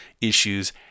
issues